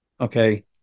Okay